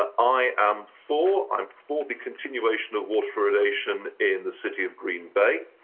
i am for. i'm for the continuation of water fluoridation in the city of green bay.